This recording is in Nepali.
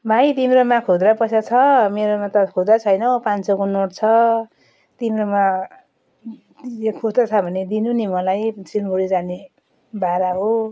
भाइ तिम्रोमा खुद्रा पैसा छ मेरोमा त खुद्रा छैन हो पाँच सौको नोट छ तिम्रोमा यो खुद्रा छ भने दिनु नि मलाई सिलगढी जाने भाडा हो